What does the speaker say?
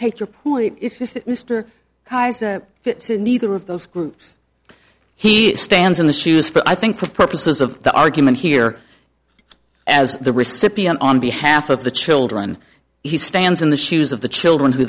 take your point mr kaiser neither of those groups he stands in the shoes for i think for purposes of the argument here as the recipient on behalf of the children he stands in the shoes of the children who